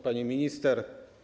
Pani Minister!